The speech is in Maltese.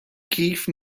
kif